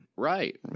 Right